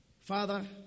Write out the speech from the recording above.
Father